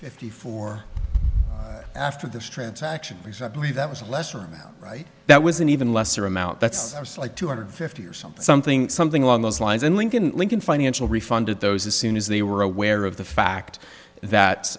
fifty four after this transaction because i believe that was a lesser amount right that was an even lesser amount that's like two hundred fifty or something something something along those lines and lincoln lincoln financial refunded those as soon as they were aware of the fact that